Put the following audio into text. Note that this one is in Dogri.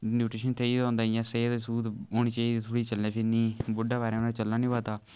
न्युट्रेशन चाहिदा होंदा इ'यां सेह्त सुहत होनी चाहिदी चलने फिरने गी बुड्ढै बारै उनें चलना नी होआ दा